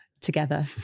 together